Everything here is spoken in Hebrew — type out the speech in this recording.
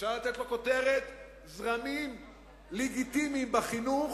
אפשר לתת לו את הכותרת "זרמים לגיטימיים בחינוך",